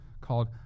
called